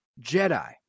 Jedi